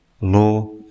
law